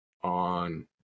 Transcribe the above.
on